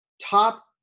top